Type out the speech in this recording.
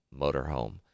motorhome